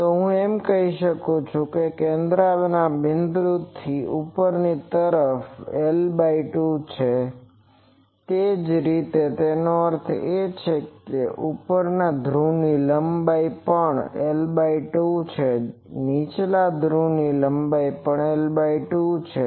તો હું એમ કહી શકું છું કે કેન્દ્રિય બિંદુથી ઉપરની તરફ આ L2 છે તે જ રીતે તેનો અર્થ એ કે આ ઉપરની ધ્રુવની લંબાઈ પણ L2 છે નીચલા ધ્રુવની લંબાઈ પણ L2 છે